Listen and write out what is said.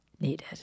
needed